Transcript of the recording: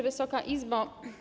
Wysoka Izbo!